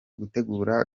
gutegura